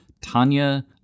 Tanya